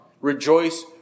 Rejoice